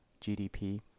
GDP